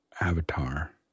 Avatar